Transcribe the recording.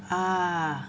ah